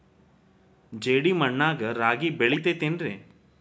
ಜೇಡಿ ಮಣ್ಣಾಗ ರಾಗಿ ಬೆಳಿತೈತೇನ್ರಿ?